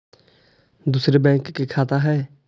दुसरे बैंक के खाता हैं?